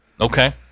Okay